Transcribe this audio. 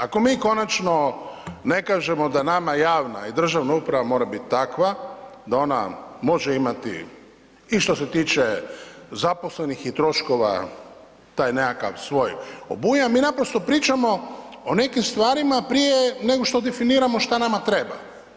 Ako mi konačno ne kažemo da nama javna i državna uprava mora biti takva da ona može imati i što se tiče zaposlenih i troškova taj nekakav svoj obujam, mi naprosto pričamo o nekim stvarima prije nego što definiramo šta nama treba.